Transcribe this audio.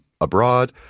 abroad